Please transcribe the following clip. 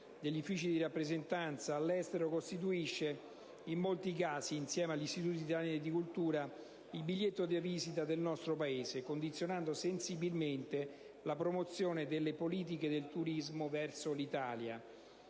uffici di rappresentanza all'estero costituisce in molti casi, insieme agli Istituti italiani di cultura, il biglietto da visita del nostro Paese, condizionando sensibilmente la promozione delle politiche del turismo verso l'Italia.